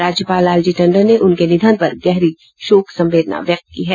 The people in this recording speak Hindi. राज्यपाल लालजी टंडन ने उनके निधन पर गहरी शोक संवेदना व्यक्त की है